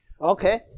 okay